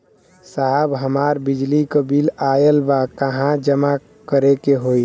साहब हमार बिजली क बिल ऑयल बा कहाँ जमा करेके होइ?